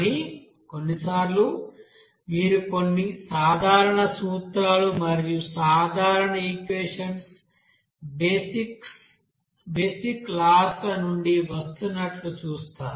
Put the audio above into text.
కానీ కొన్నిసార్లు మీరు కొన్ని సాధారణ సూత్రాలు మరియు సాధారణ ఈక్వెషన్స్ బేసిక్ లాస్ ల నుండి వస్తున్నట్లు చూస్తారు